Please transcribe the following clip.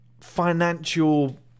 financial